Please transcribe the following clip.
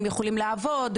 הם יכולים לעבוד,